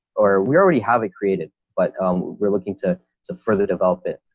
or we already have it created, but we're looking to to further develop it.